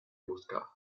buscaba